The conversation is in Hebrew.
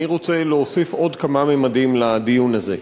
אני רוצה להוסיף עוד כמה ממדים לדיון הזה.